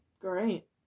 Great